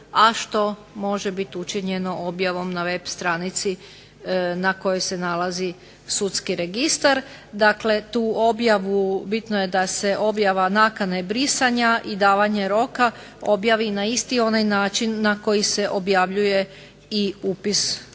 a što može biti učinjeno objavom na web stranici na kojoj se nalazi sudski registar. Dakle tu objavu, bitno je da se objava nakane brisanja i davanje roka objavi na isti onaj način na koji se objavljuje i upis u